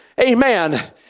Amen